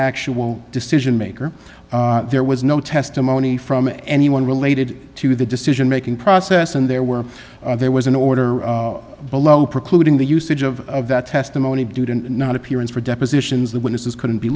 actual decision maker there was no testimony from anyone related to the decision making process and there were there was an order below precluding the usage of that testimony due to not appearance for depositions the witnesses couldn't be